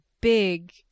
big